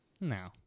No